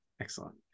Excellent